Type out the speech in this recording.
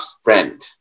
friend